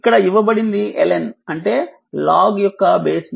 ఇక్కడ ఇవ్వబడింది ln అంటే లాగ్ యొక్క బేస్ e